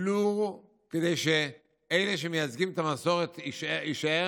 ולו כדי שאלה שמייצגים את המסורת יישאר